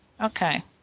Okay